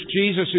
Jesus